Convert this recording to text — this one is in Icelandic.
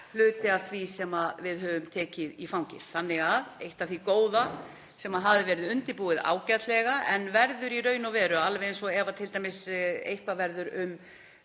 hluti af því sem við höfum tekið í fangið. Þannig að eitt af því góða sem hafði verið undirbúið ágætlega en verður í raun og veru — alveg eins og ef eitthvað verður um